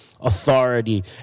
authority